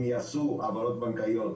אם יעשו העברות בנקאיות,